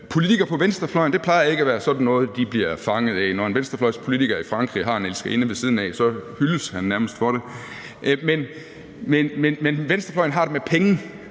politikere på venstrefløjen bliver fanget af. Når en venstrefløjspolitiker i Frankrig har en elskerinde ved siden af, hyldes han nærmest for det. Men venstrefløjen har det med penge.